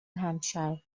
hampshire